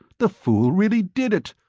the fool really did it.